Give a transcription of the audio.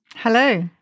Hello